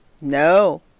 No